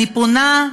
אני פונה,